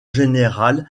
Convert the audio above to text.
général